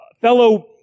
fellow